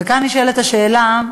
וכאן נשאלת השאלה: